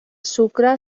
sucre